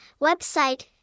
Website